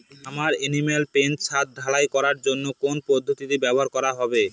আমার animal pen ছাদ ঢালাই করার জন্য কোন পদ্ধতিটি ব্যবহার করা হবে?